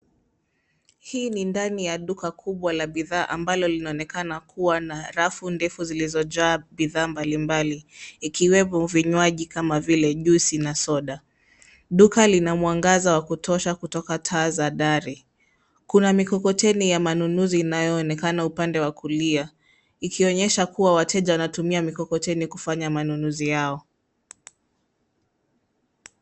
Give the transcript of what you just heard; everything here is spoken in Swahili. Hii ni ndani ya duka kubwa la bidhaa ambalo linaonekana kuwa na rafu ndefu zilizojaa bidhaa mbalimbali ikiwemo vinywaji kama vile juisi na soda. Duka lina mwangaza wa kutosha kutoka taa za dari. Kuna mikokoteni ya manunuzi inayoonekana upande wa kulia ikionyesha kuwa wateja wanatumia mikokoteni kufanya manunuzi yao.